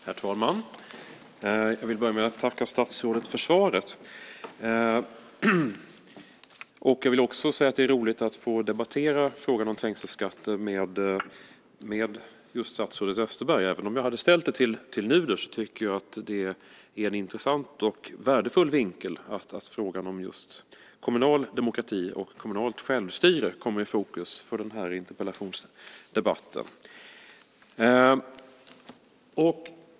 Herr talman! Jag vill börja med att tacka statsrådet för svaret. Jag vill också säga att jag tycker att det är roligt att få debattera frågan om trängselskatter med just statsrådet Österberg. Även om jag hade ställt interpellationen till Pär Nuder så tycker jag att det är en intressant och värdefull vinkel att frågan om kommunal demokrati och kommunalt självstyre kommer i fokus för denna interpellationsdebatt.